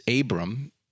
Abram